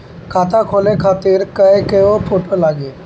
खाता खोले खातिर कय गो फोटो लागी?